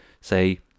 say